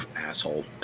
Asshole